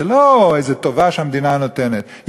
זה לא איזו טובה שהמדינה נותנת,